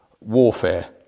warfare